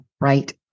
right